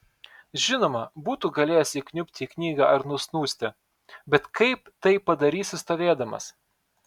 žinoma būtų galėjęs įkniubti į knygą ar nusnūsti bet kaip tai padarysi stovėdamas